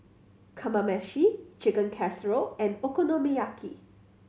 Kamameshi Chicken Casserole and Okonomiyaki